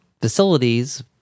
facilities